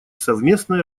совместной